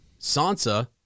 Sansa